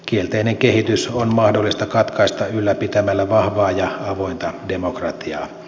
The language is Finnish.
kielteinen kehitys on mahdollista katkaista ylläpitämällä vahvaa ja avointa demokratiaa